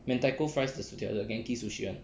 mentaiko fries the 薯条 the Genki Sushi [one]